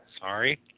Sorry